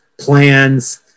plans